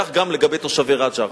שייך גם לגבי תושבי רג'ר.